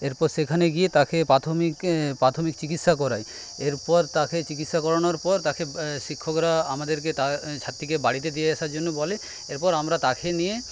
এরপর সেখানে গিয়ে তাকে প্রাথমিক প্রাথমিক চিকিৎসা করাই এরপর তাকে চিকিৎসা করানোর পর তাকে শিক্ষকরা আমাদেরকে তার ছাত্রীকে বাড়িতে দিয়ে আসার জন্য বলে এরপর আমরা তাকে নিয়ে